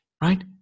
right